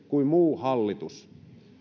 kuin muu hallitus